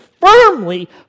firmly